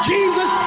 Jesus